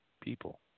people